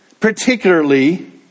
Particularly